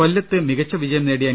കൊല്ലത്ത് മികച്ച വിജയം നേടിയ എൻ